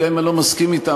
גם אם אני לא מסכים אתם,